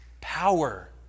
power